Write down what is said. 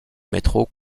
métro